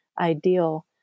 ideal